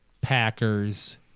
Packers